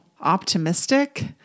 optimistic